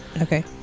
Okay